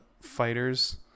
fighters